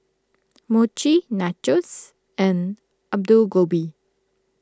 Mochi Nachos and Alu Gobi